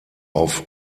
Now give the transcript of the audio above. auf